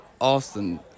Austin